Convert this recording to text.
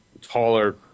taller